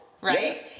right